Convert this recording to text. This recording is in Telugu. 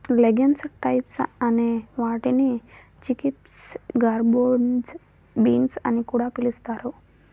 లెగమ్స్ టైప్స్ అనే వాటిని చిక్పీస్, గార్బన్జో బీన్స్ అని కూడా పిలుస్తారు